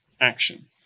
action